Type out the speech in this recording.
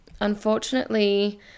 unfortunately